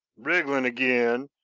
wriggling again!